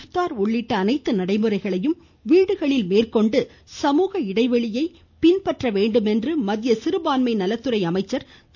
ப்தார் உள்ளிட்ட அனைத்து நடைமுறைகளையும் வீடுகளிலேயே மேற்கொண்டு சமூக இடைவெளியை கட்டாயம் பின்பற்ற வேண்டும் என்று மத்திய சிறுபான்மை நலத்துறை அமைச்சர் திரு